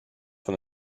von